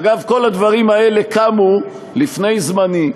אגב, כל הדברים האלה קמו לפני זמני,